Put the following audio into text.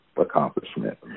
accomplishment